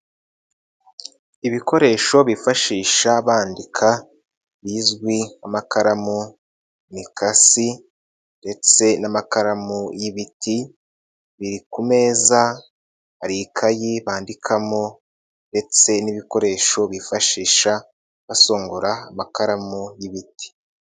Ibikoresho bifashisha bandika bizwi nk'amakaramu, imikasi ndetse n'amakaramu y'ibiti, biri ku meza hari ikayi bandikamo ndetse n'ibikoresho bifashisha basongora amakaramu y'ibiti.